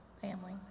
family